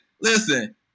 listen